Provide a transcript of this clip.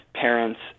parents